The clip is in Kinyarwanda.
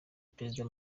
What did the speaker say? perezida